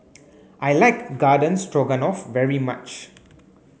I like Garden Stroganoff very much